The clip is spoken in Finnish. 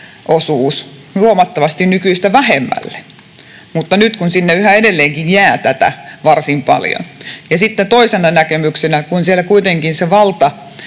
huomattavasti nykyistä vähemmälle. Mutta nyt sinne yhä edelleenkin jää tätä varsin paljon. Sitten toisena näkemyksenä: Kun siellä kuitenkin valta